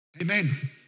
Amen